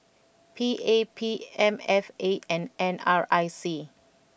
P A P M F A and N R I C